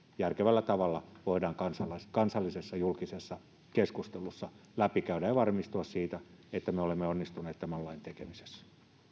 järkevällä tavalla voidaan kansallisessa julkisessa keskustelussa läpikäydä ja varmistua siitä että me olemme onnistuneet tämän lain tekemisessä